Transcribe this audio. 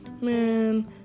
man